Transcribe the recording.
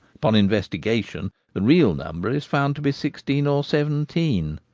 upon investigation the real number is found to be sixteen or seventeen,